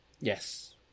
Yes